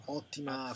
ottima